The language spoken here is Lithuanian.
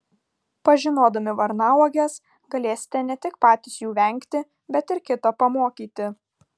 pažinodami varnauoges galėsite ne tik patys jų vengti bet ir kitą pamokyti